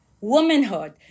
womanhood